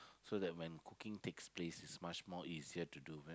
so that when cooking takes place it's much more easier to do